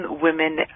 women